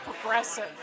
progressive